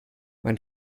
mein